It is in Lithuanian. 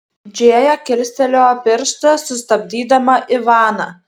džėja kilstelėjo pirštą sustabdydama ivaną